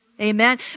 amen